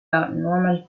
normal